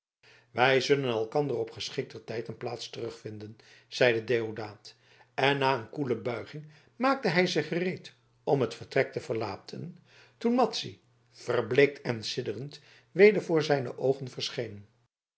wij zullen elkander op geschikter tijd en plaats terugvinden zeide deodaat en na een koele buiging maakte hij zich gereed om het vertrek te verlaten toen madzy verbleekt en sidderend weder voor zijne oogen